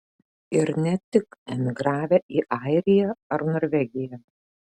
ir ne tik emigravę į airiją ar norvegiją